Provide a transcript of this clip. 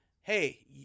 hey